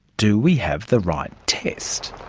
do we have the right test?